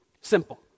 Simple